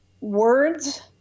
Words